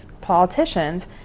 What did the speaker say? politicians